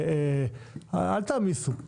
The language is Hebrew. אל תעמיסו.